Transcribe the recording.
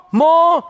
more